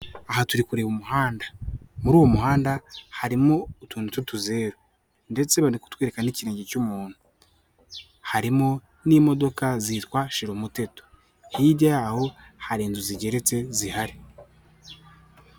Aha turi kureba umuhanda muri uwo muhanda harimo utuntu tw'utuzeru ndetse bari kutwereka n'ikirenge cy'umuntu, harimo n'imodoka zitwa shira umuteto, hirya y'aho hari inzu zigeretse zihari.